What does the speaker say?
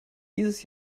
dieses